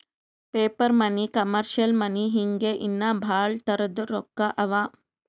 paper money, commercial money ಹಿಂಗೆ ಇನ್ನಾ ಭಾಳ್ ತರದ್ ರೊಕ್ಕಾ ಅವಾ